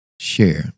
share